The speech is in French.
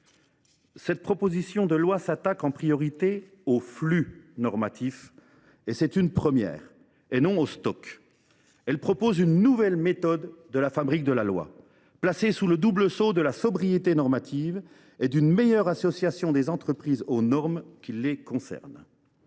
cette proposition de loi s’attaque en priorité au flux normatif et non au stock. Elle instaure une nouvelle méthode de fabrique de la loi, placée sous le double sceau de la sobriété normative et d’une meilleure association des entreprises aux normes qui les concernent.